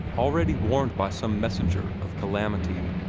already warned by some messenger of calamity,